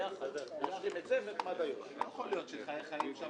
לא ייתכן שחצי מיליון אנשים חיים שם